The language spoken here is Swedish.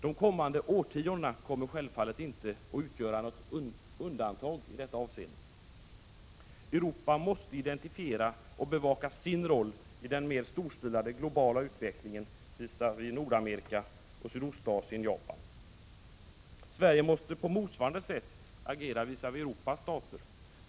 De kommande årtiondena kommer självfallet inte att utgöra några undantag i detta avseende. Europa måste identifiera och bevaka sin roll i den mer storstilade globala utvecklingen, visavi Nordamerika och Sydostasien/ Japan. Sverige måste på motsvarande sätt agera visavi Europas stater.